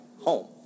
home